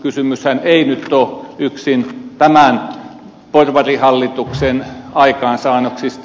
kysymyshän ei nyt ole yksin tämän porvarihallituksen aikaansaannoksista